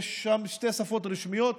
יש שם שתי שפות רשמיות,